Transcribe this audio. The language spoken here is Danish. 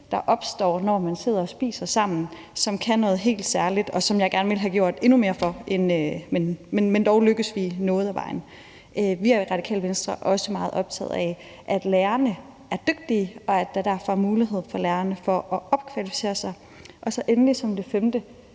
der opstår, når man sidder og spiser sammen, som kan noget helt særligt, og som jeg gerne ville have gjort endnu mere for. Men dog lykkedes vi med at komme noget af vejen. For det fjerde er vi i Radikale Venstre også meget optaget af, at lærerne er dygtige, og at der derfor er mulighed for lærerne for at opkvalificere sig. For det femte